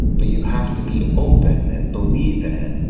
but you have to be open and believe in it,